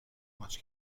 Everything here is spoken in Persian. ماچ